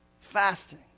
Fasting